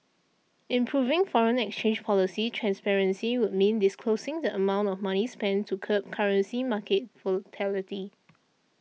improving foreign exchange policy transparency would mean disclosing the amount of money spent to curb currency market volatility